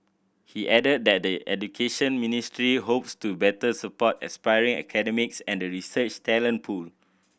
he added that the Education Ministry hopes to better support aspiring academics and the research talent pool